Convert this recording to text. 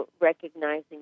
recognizing